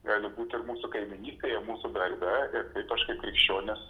gali būti ir mūsų kaimynystėje mūsų darbe ir kaip aš kaip krikščionis